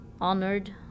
honored